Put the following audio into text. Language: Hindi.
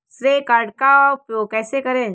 श्रेय कार्ड का उपयोग कैसे करें?